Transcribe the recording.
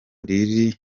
riri